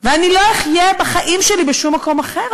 ואני לא אחיה בחיים שלי בשום מקום אחר.